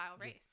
race